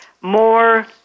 more